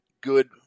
good